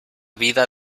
vida